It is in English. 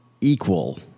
equal